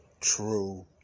True